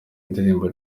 indirimbo